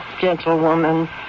gentlewoman